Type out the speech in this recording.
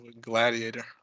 gladiator